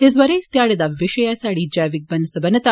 इस ब'रे इस ध्याड़े दा विषय ऐ साड़ी जैविक बन्नसबनता